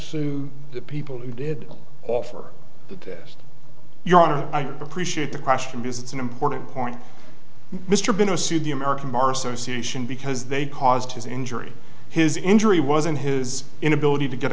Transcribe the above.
sue the people who did offer the test your honor i appreciate the question because it's an important point mr been assumed the american bar association because they caused his injury his injury was in his inability to get